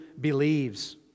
believes